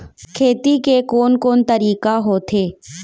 खेती के कोन कोन तरीका होथे?